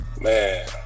man